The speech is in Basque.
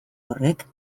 horrek